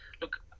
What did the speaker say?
Look